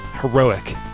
heroic